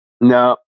No